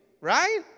right